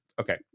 Okay